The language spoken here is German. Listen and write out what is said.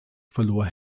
verlor